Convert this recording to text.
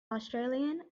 australian